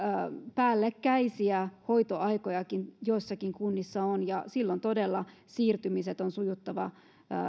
päällekkäisiä hoitoaikojakin joissakin kunnissa on ja silloin todella siirtymisten on sujuttava